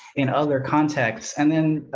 in other contexts. and then,